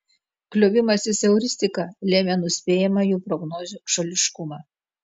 kliovimasis euristika lėmė nuspėjamą jų prognozių šališkumą